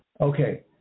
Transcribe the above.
Okay